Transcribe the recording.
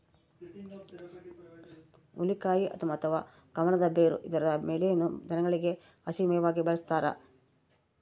ಹುಲಿಕಾಯಿ ಅಥವಾ ಕಮಲದ ಬೇರು ಇದರ ಎಲೆಯನ್ನು ದನಗಳಿಗೆ ಹಸಿ ಮೇವಾಗಿ ಬಳಸ್ತಾರ